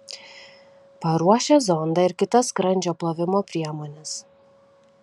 paruošia zondą ir kitas skrandžio plovimo priemones